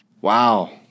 Wow